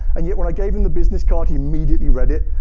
and yet when i gave him the business card he immediately read it.